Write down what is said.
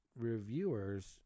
reviewers